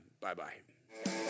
bye-bye